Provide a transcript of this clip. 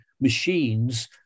machines